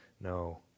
No